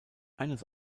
eines